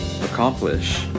accomplish